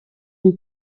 une